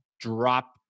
drop